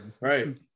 right